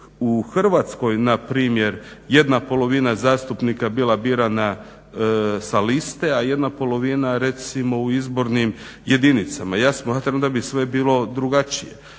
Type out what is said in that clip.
u Hrvatskoj na primjer jedna polovina zastupnika bila birana sa liste a jedna polovina recimo u izbornim jedinicama. Ja smatram da bi sve bilo drugačije.